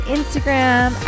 Instagram